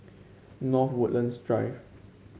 North Woodlands Drive